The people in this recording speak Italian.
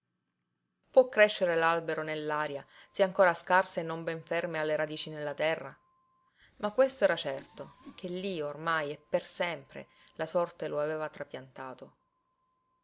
l'avvenire può crescere l'albero nell'aria se ancora scarse e non ben ferme ha le radici nella terra ma questo era certo che lí ormai e per sempre la sorte lo aveva trapiantato